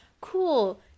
Cool